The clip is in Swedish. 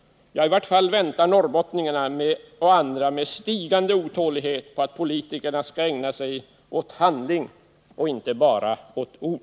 Norrbottningar och andra väntar med stigande otålighet på att politikerna skall ägna sig åt handling och inte bara åt ord.